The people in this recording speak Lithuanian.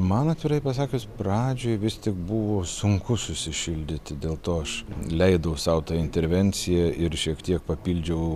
man atvirai pasakius pradžioj vis tik buvo sunku susišildyti dėl to aš leidau sau tą intervenciją ir šiek tiek papildžiau